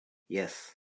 yes